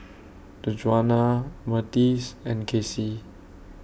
Djuana Myrtis and Kacey